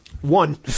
One